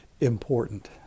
important